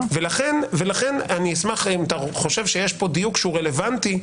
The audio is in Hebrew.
אני אשמח אם אתה חושב שיש פה דיוק שהוא רלוונטי לטענה,